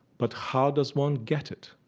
but how does one get it?